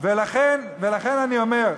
ולכן אני אומר,